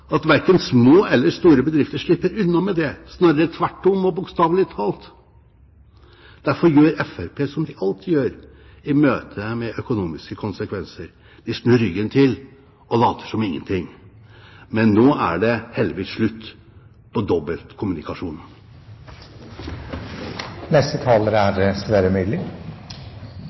at verken små eller store bedrifter slipper unna med det, snarere tvert om og bokstavelig talt. Derfor gjør Fremskrittspartiet som de alltid gjør i møte med økonomiske konsekvenser: De snur ryggen til og later som ingenting. Men nå er det heldigvis slutt på